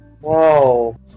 Whoa